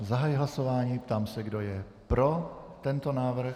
Zahajuji hlasování a ptám se, kdo je pro tento návrh.